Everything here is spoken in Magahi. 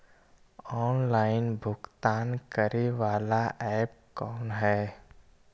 ऑनलाइन भुगतान करे बाला ऐप कौन है?